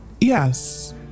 Yes